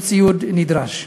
עם ציוד נדרש.